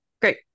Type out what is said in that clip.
Great